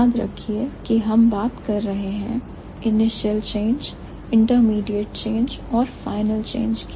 याद रखिए कि हम बात कर रहे हैं initial stage intermediate stage और final stage की